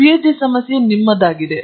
ಸಾಮಾನ್ಯ ಸಲಹೆ ಪಿಎಚ್ಡಿ ಸಮಸ್ಯೆ ನಿಮ್ಮದಾಗಿದೆ